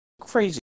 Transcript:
crazy